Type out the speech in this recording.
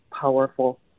powerful